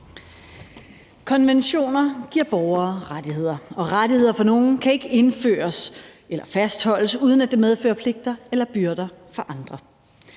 Konventioner giver borgere rettigheder, og rettigheder for nogle kan ikke indføres eller fastholdes, uden at det medfører pligter eller byrder for andre.